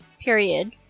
period